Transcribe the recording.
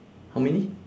how many